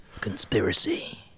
Conspiracy